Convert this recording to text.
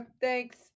thanks